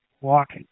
Walk